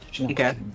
Okay